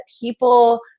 people